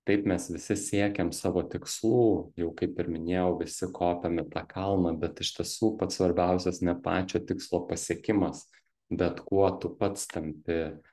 taip mes visi siekiam savo tikslų jau kaip ir minėjau visi kopiam į tą kalną bet iš tiesų pats svarbiausias ne pačio tikslo pasiekimas bet kuo tu pats tampi